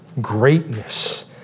greatness